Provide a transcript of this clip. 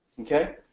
Okay